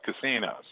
casinos